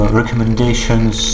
recommendations